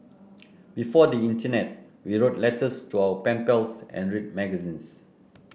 before the internet we wrote letters to our pen pals and read magazines